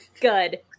good